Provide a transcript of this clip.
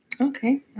Okay